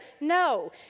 no